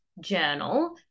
journal